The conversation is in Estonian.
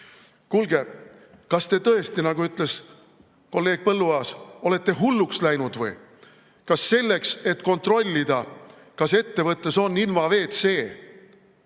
kas te tõesti, nagu ütles kolleeg Põlluaas, olete hulluks läinud või? Kas selleks, et kontrollida, kas ettevõttes on inva-WC või